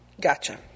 gotcha